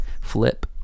Flip